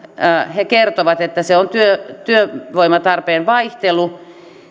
he kertoivat että työvoimatarpeen vaihtelun